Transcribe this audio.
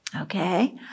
Okay